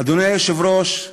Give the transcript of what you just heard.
אדוני היושב-ראש,